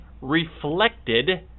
reflected